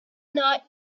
night